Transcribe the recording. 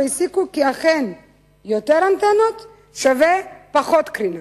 והסיקו כי אכן יותר אנטנות שווה פחות קרינה.